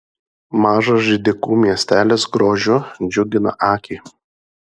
mažas židikų miestelis grožiu džiugina akį